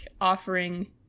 offering